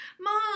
Mom